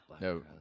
no